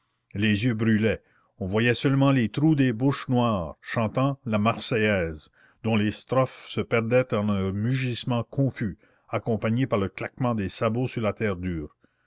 les yeux brûlaient on voyait seulement les trous des bouches noires chantant la marseillaise dont les strophes se perdaient en un mugissement confus accompagné par le claquement des sabots sur la terre dure